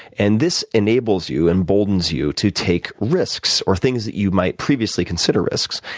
and this enables you, emboldens you to take risks or things that you might previously consider risks,